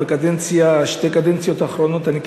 בשתי הקדנציות האחרונות אני,